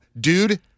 Dude